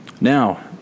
Now